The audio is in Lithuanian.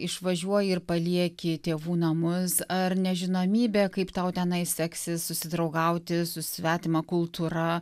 išvažiuoji ir palieki tėvų namus ar nežinomybė kaip tau tenai seksis susidraugauti su svetima kultūra